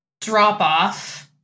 drop-off